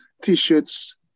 T-shirts